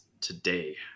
today